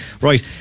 right